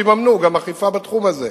שיממנו גם אכיפה בתחום הזה.